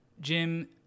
Jim